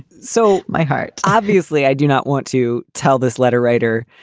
so my heart obviously, i do not want to tell this letter writer.